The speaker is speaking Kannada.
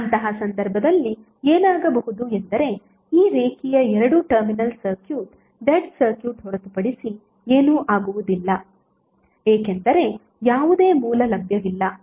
ಅಂತಹ ಸಂದರ್ಭದಲ್ಲಿ ಏನಾಗಬಹುದು ಎಂದರೆ ಈ ರೇಖೀಯ ಎರಡು ಟರ್ಮಿನಲ್ ಸರ್ಕ್ಯೂಟ್ ಡೆಡ್ ಸರ್ಕ್ಯೂಟ್ ಹೊರತುಪಡಿಸಿ ಏನೂ ಆಗುವುದಿಲ್ಲ ಏಕೆಂದರೆ ಯಾವುದೇ ಮೂಲ ಲಭ್ಯವಿಲ್ಲ